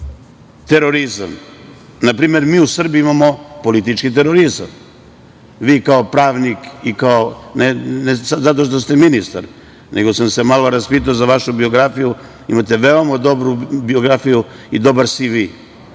terorizam. Na primer, mi u Srbiji imamo politički terorizam, vi kao pravnik i kao, ne zato što ste ministar, nego sam se malo raspitao za vašu biografiju, imate veoma dobru biografiju i dobar CV.